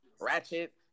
Ratchet